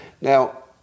Now